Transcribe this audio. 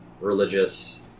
religious